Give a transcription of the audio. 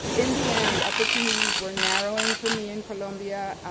in the end, opportunities were narrowing for me in columbia,